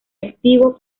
activo